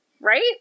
Right